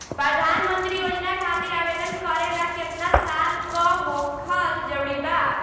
प्रधानमंत्री योजना खातिर आवेदन करे ला केतना साल क होखल जरूरी बा?